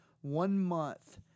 one-month